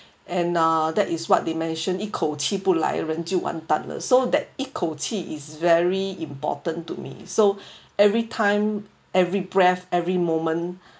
and uh that is what they mention so that 一口气不来人就完蛋了 is very important to me so every time every breath every moment